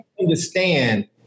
understand